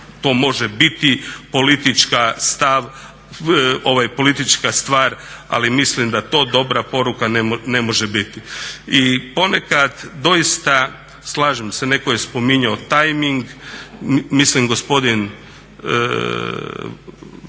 to može biti politička stvar ali mislim da to dobra poruka ne može biti. I ponekad doista, slažem se, netko je spominjao tajming mislim gospodin